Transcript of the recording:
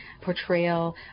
portrayal